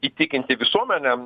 įtikinti visuomenę